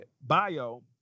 bio